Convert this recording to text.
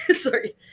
Sorry